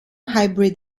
hybrid